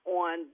on